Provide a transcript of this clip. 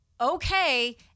okay